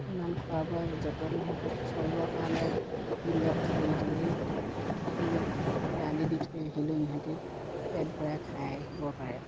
ইমান খোৱা বোৱা যতন ইহঁতক চৰিবৰ কাৰণে ফিল্ডত থৈ দিলেই ফিল্ডত এৰাল দি থৈ আহিলেও ইহঁতি পেট ভৰাই খাই আহিব পাৰে